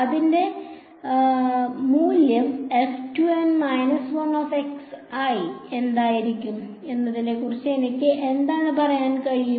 അതിനാൽ അതിന്റെ മൂല്യം എന്തായിരിക്കും എന്നതിനെക്കുറിച്ച് എനിക്ക് എന്ത് പറയാൻ കഴിയും